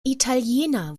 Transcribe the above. italiener